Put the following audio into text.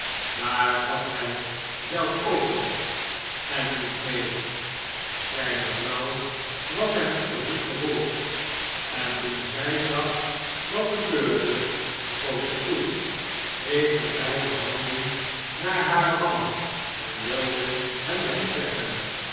daar zat hij zelf ook vast en moest meê zijne vrouw was hem op den voet gevolgd en toen zij zag wat gebeurde schoot zij toe greep met beide handen naar haren man en wilde hem wegtrekken